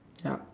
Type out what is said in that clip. ya